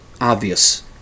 obvious